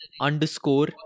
underscore